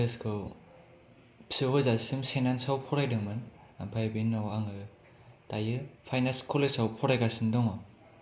कलेजखौ P U होजासिम सेन आनसाव फरायदोंमोन ओमफ्राय बेनि उनाव आङो दायो फाइन आर्थस कलेजाव फरायगासिनो दङ